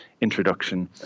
introduction